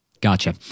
Gotcha